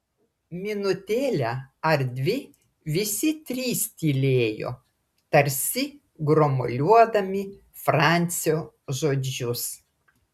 minutėlę ar dvi visi trys tylėjo tarsi gromuliuodami francio žodžius